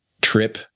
trip